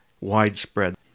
widespread